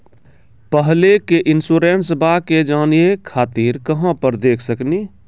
पहले के इंश्योरेंसबा के जाने खातिर कहां पर देख सकनी?